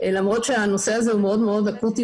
למרות שהנושא הזה הוא מאוד מאוד אקוטי